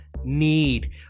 need